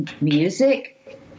music